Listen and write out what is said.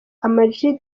amag